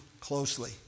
closely